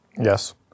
Yes